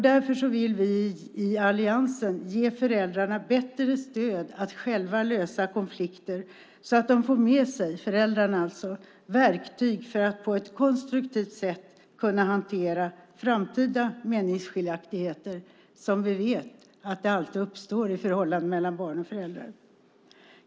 Därför vill vi i alliansen ge föräldrarna bättre stöd att själva lösa konflikter så att de får med sig verktyg för att på ett konstruktivt sätt kunna hantera framtida meningsskiljaktigheter, som vi vet att det alltid uppstår i förhållandet mellan barn och föräldrar.